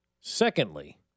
Secondly